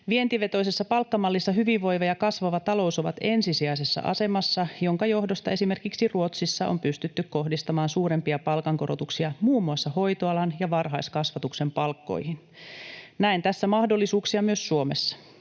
Vientivetoisessa palkkamallissa hyvinvoiva ja kasvava talous ovat ensisijaisessa asemassa, minkä johdosta esimerkiksi Ruotsissa on pystytty kohdistamaan suurempia palkankorotuksia muun muassa hoitoalan ja varhaiskasvatuksen palkkoihin. Näen tässä mahdollisuuksia myös Suomessa.